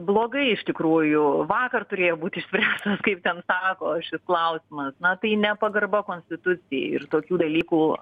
blogai iš tikrųjų vakar turėjo būti išspręstas kaip ten sako šis klausimas na tai nepagarba konstitucijai ir tokių dalykų